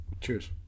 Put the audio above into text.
Cheers